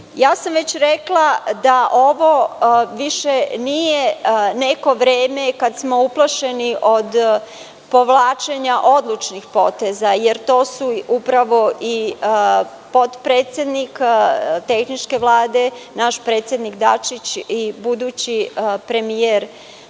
sam rekla da ovo više nije neko vreme kada smo uplašeni od povlačenja odlučnih poteza, jer to su upravo i potpredsednik tehničke vlade, naš predsednik Dačić i budući premijer